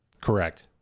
Correct